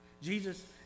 Jesus